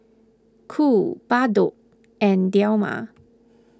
Cool Bardot and Dilmah